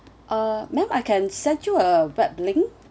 uh ma'am I can send you a web link